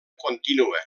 contínua